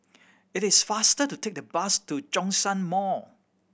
it is faster to take the bus to Zhongshan Mall